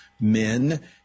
men